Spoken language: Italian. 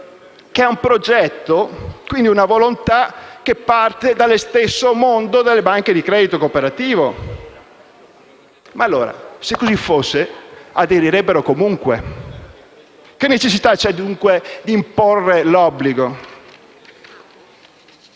che è un progetto, e quindi una volontà, che parte dallo stesso mondo delle banche di credito cooperativo. Ma allora, se così fosse, aderirebbero comunque. Che necessità c'è, dunque, di imporre l'obbligo?